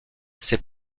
ces